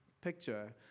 picture